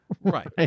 right